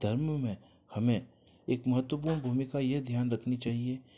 धर्म में हमें एक महत्वपूर्ण भूमिका ये ध्यान रखनी चाहिए